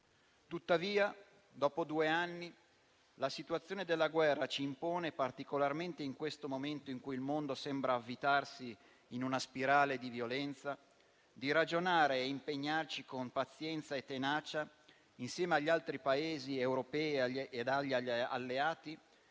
Tuttavia, dopo due anni la situazione della guerra ci impone particolarmente in questo momento in cui il mondo sembra avvitarsi in una spirale di violenza, di ragionare e impegnarci con pazienza e tenacia insieme agli altri Paesi europei e agli alleati